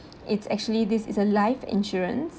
it's actually this is a life insurance